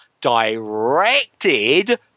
directed